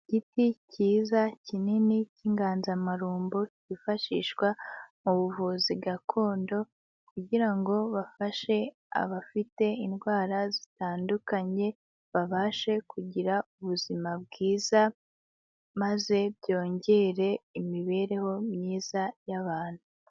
Igiti cyiza kinini cy'inganzamarumbo cyifashishwa mu buvuzi gakondo kugira ngo bafashe abafite indwara zitandukanye, babashe kugira ubuzima bwiza, maze byongere imibereho myiza y'abantu.